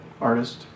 artist